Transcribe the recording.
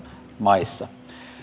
maissa